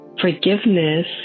Forgiveness